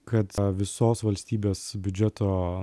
kad visos valstybės biudžeto